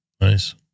Nice